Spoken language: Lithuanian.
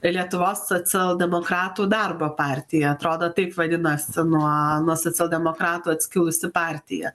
lietuvos socialdemokratų darbo partija atrodo taip vadinosi nuo nuo socialdemokratų atskilusi partija